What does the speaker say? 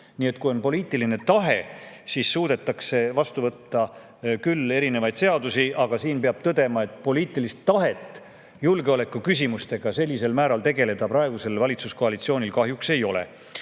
Nii et kui on poliitiline tahe, siis suudetakse küll vastu võtta erinevaid seadusi, aga siin peab tõdema, et poliitilist tahet julgeolekuküsimustega sellisel määral tegeleda praegusel valitsuskoalitsioonil kahjuks ei ole. Siit